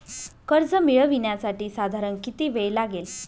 कर्ज मिळविण्यासाठी साधारण किती वेळ लागेल?